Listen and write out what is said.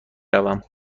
روم